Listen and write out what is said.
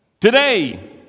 today